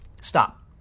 stop